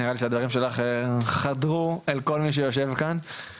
נראה לי שהדברים שלך חדרו אל כל מי שיושב כאן,